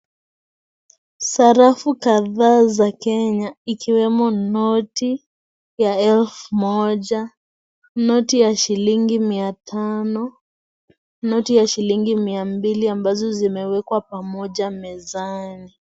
Sarafu kadhaa za Kenya ikiwemo noti ya elfu moja, noti ya shilingi mia tano, noti ya shilingi mia mbili ambazo zimewekwa pamoja mezani.